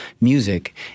music